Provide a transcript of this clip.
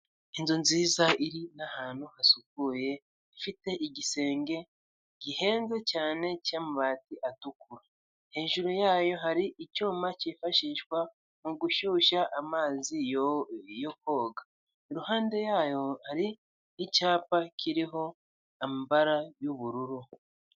Inzu nziza iri n'ahantu hasukuye ifite igisenge gihenze cyane cy'amabati atukura hejuru yayo hari icyuma cyifashishwa mu gushyushya amazi yo koga iruhande yayo hari icyapa kiriho amabara y'ubururu.